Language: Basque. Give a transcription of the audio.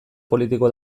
politiko